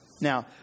Now